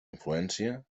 influència